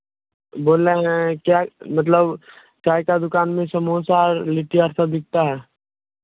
बोल रहे हैं क्या मतलब चाय का दुकान में समोसा लिट्टी और सब बिकता है